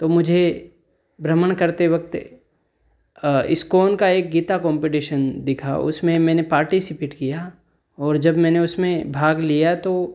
तो मुझे भ्रमण करते वक्त इस्कॉन का एक गीता कॉम्पिटीशन दिखा उसमें मैंने पार्टीसिपेट किया और जब मैंने उसमें भाग लिया तो